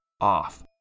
off